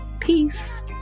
peace